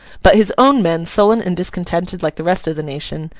but his own men sullen and discontented like the rest of the nation,